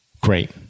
Great